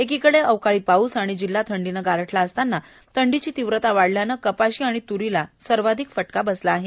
एकीकडे अवकाळी पाऊस आणि जिल्हा थंडीनं गारठला असताना थंडीची तीव्रता वाढल्यानं कपाशी त्रीला सर्वाधिक फटका बसला आहे